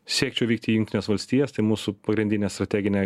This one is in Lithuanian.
siekčiau vykti į jungtines valstijas tai mūsų pagrindinė strateginė